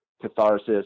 catharsis